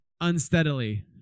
unsteadily